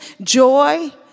joy